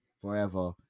forever